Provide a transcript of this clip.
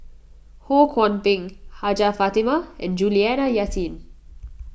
Ho Kwon Ping Hajjah Fatimah and Juliana Yasin